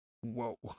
Whoa